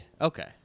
Okay